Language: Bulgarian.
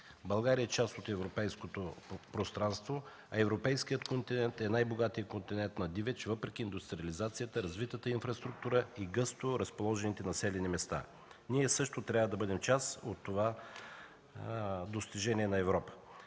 България е част от Европейското пространство, а Европейският континент е най-богатият континент на дивеч, въпреки индустриализацията, развитата инфраструктура и гъсто разположените населени места. Ние също трябва да бъдем част от това достижение на Европа.